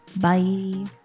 Bye